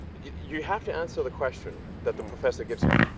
you have to answer the question that the professor gives you,